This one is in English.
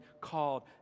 called